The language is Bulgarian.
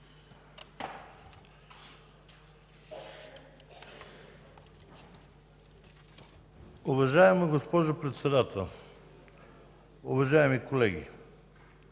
Уважаема госпожо Председател, уважаеми колеги!